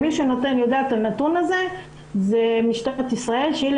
מי שיודע את הנתון הזה זאת משטרת ישראל שהיא